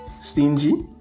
stingy